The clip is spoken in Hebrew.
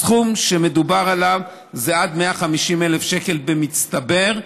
הסכום שמדובר עליו זה עד 150,000 שקל במצטבר.